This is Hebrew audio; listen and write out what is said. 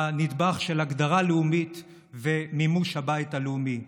הנדבך של הגדרה לאומית ומימוש הבית הלאומי.